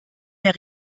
mehr